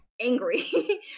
angry